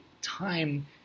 time